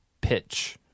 pitch